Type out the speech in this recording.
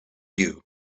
you